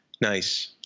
Nice